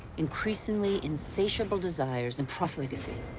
increasingly insatiable desires and profligacy.